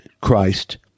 Christ